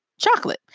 chocolate